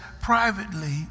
privately